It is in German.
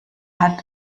hat